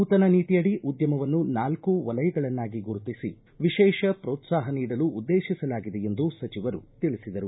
ನೂತನ ನೀತಿ ಅಡಿ ಉದ್ದಮವನ್ನು ನಾಲ್ಲು ವಲಯಗಳನ್ನಾಗಿ ಗುರುತಿಸಿ ವಿಶೇಷ ಪ್ರೋತ್ಸಾಹ ನೀಡಲು ಉದ್ದೇತಿಸಲಾಗಿದೆ ಎಂದು ಸಚಿವರು ತಿಳಿಸಿದರು